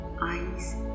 eyes